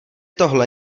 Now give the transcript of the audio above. tohle